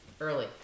early